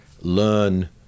learn